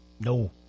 No